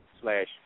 slash